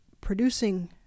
producing